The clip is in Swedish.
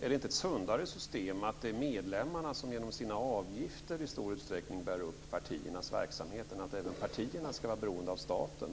Är det inte ett sundare system att medlemmarna genom sina avgifter i stor utsträckning bär upp partiernas verksamhet än att även partierna ska vara beroende av staten?